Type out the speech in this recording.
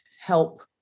help